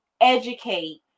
educate